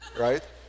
right